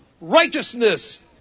Righteousness